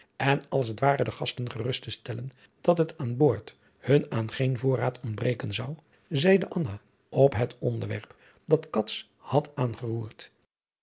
en als t ware de gasten gerust te stellen dat het aan boord hun aan geen voorraad ontbreken zou zeide anna op het onderwerp dat cats badt aangeroerd